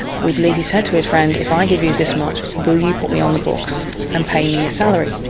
we believe he said to his friend, if i give you this much, will you put me on the books and pay me a salary?